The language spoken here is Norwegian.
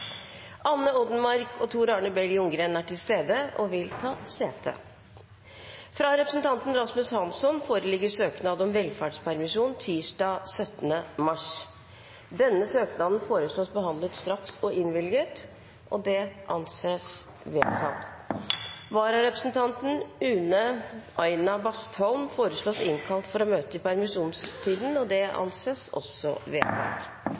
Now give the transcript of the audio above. Anne Odenmarck og Tor Arne Bell Ljunggren er til stede og vil ta sete. Fra representanten Rasmus Hansson foreligger søknad om velferdspermisjon tirsdag 17. mars. Søknaden foreslås behandlet straks og innvilget. – Det anses vedtatt. Vararepresentanten Une Aina Bastholm forslås innkalt for å møte i permisjonstiden. – Det anses vedtatt.